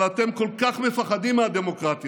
אבל אתם כל כך מפחדים מהדמוקרטיה